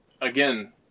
again